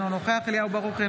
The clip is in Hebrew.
אינו נוכח אליהו ברוכי,